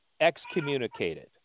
excommunicated